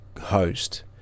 host